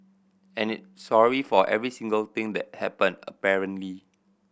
and it sorry for every single thing that happened apparently